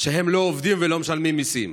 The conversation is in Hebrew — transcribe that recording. שהם לא עובדים ולא משלמים מיסים,